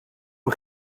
een